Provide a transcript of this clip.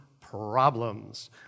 problems